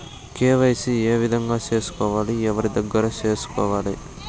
KYC ఏ విధంగా సేసుకోవాలి? ఎవరి దగ్గర సేసుకోవాలి?